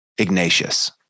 Ignatius